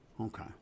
okay